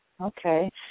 Okay